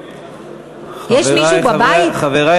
יש מישהו בבית? Anybody